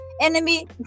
enemy